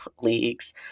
leagues